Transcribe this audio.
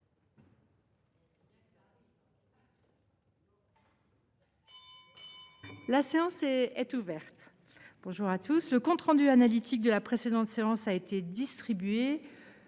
La séance est ouverte. Le compte rendu analytique de la précédente séance a été distribué.